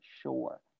sure